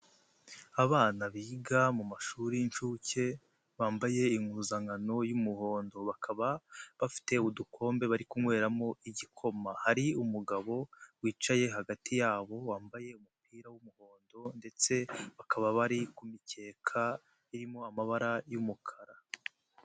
Abana biga mu mashuri y'inshuke bambaye impuzankano y'umuhondo, bakaba bafite udukombe bari kunyweramo igikoma. Hari umugabo wicaye hagati yabo wambaye umupira w'umuhondo ndetse bakaba bari ku mikeka irimo amabara y'umukara.